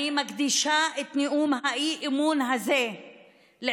אני מקדישה את נאום האי-אמון הזה ל-20